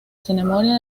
ceremonia